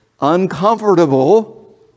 uncomfortable